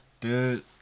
dude